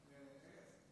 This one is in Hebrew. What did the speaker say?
מכובדי היושב-ראש,